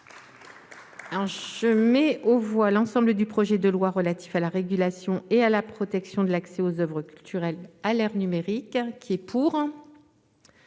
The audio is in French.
modifié, l'ensemble du projet de loi relatif à la régulation et à la protection de l'accès aux oeuvres culturelles à l'ère numérique. Nous passons